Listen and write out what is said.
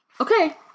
Okay